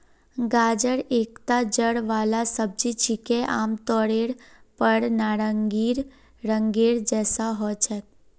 गाजर एकता जड़ वाला सब्जी छिके, आमतौरेर पर नारंगी रंगेर जैसा ह छेक